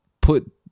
put